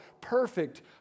perfect